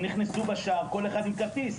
הם נכנסו בשער כל אחד עם כרטיס.